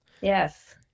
Yes